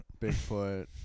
Bigfoot